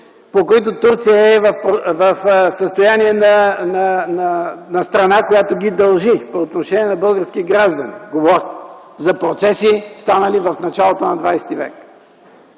по които Турция е в състояние на страна, която ги дължи, по отношение на българските граждани – говоря за процеси, станали в началото на ХХ век.